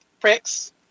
pricks